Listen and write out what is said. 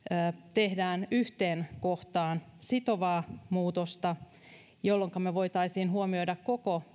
tehdään yhteen kohtaan sitovaa muutosta silloin me voisimme huomioida koko